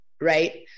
right